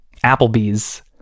Applebee's